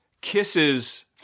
kisses